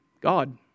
God